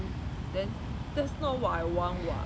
then that's not what I want [what]